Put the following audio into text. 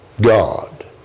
God